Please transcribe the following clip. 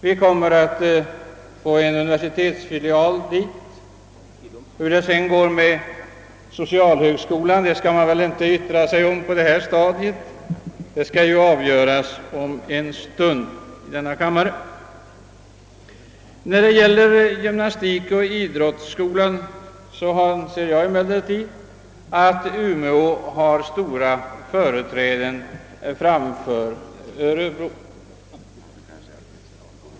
Vi kommer att få en universitetsfilial där. Hur det går med socialhögskolan skall man kanske inte yttra sig om på detta stadium, eftersom det skall avgöras i denna kammare om en stund. När det gäller gymnastikoch idrottshögskolan anser jag emellertid att Umeå har stora företräden framför Örebro.